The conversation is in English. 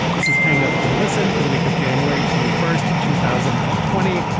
this is hang up and listen for the week of january twenty first, two thousand and twenty.